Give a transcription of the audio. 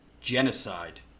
genocide